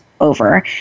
over